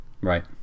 Right